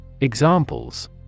Examples